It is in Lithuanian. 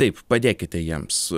taip padėkite jiems